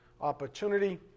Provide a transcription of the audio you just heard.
opportunity